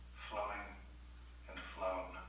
flowing and flowing.